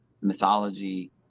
mythology